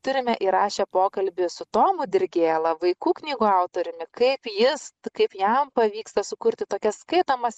turime įrašę pokalbį su tomu dirgėla vaikų knygų autoriumi kaip jis kaip jam pavyksta sukurti tokias skaitomas